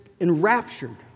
enraptured